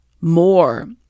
more